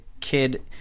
kid